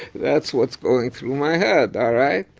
that's what's going through my head, alright?